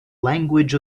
language